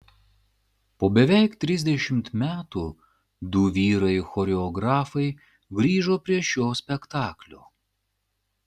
po beveik trisdešimt metų du vyrai choreografai grįžo prie šio spektaklio